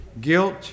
Guilt